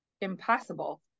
impossible